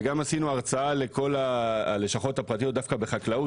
גם עשינו הרצאה לכל הלשכות הפרטיות דווקא בחקלאות